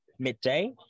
Midday